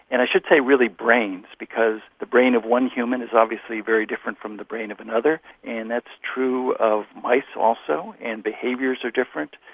and i should say really brains because the brain of one human is obviously very different from the brain of another and that's true of mice also, and behaviours are different,